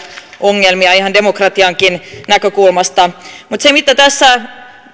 ongelmia ihan demokratiankin näkökulmasta mutta se